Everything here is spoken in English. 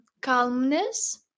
calmness